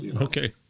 okay